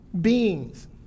beings